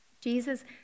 Jesus